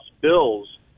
Bills